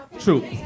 True